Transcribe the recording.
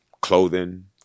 clothing